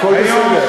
הכול בסדר.